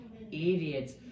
idiots